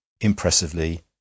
impressively